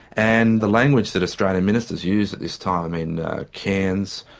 and the language that australian ministers used at this time in cairns,